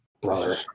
brother